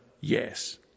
yes